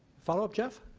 follow up jeff?